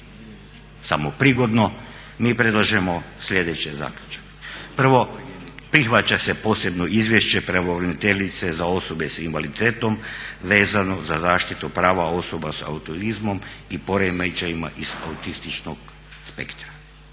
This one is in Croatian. samo prigodno mi predlažemo slijedeći zaključak: 1. Prihvaća se posebno izvješće pravobraniteljice za osobe s invaliditetom vezano za zaštitu prava osoba s autizmom i poremećajima iz autističnog spektra.